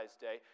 day